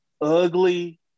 ugly